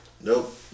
Nope